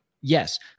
yes